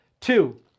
Two